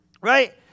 Right